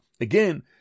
again